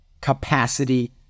capacity